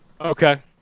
okay